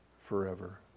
forever